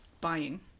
buying